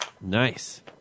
Nice